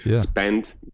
spend